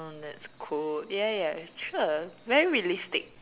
oh that's cool ya ya sure very realistic